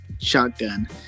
shotgun